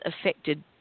affected